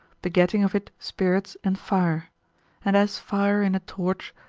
begetting of it spirits and fire and as fire in a torch,